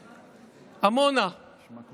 עמונה, לא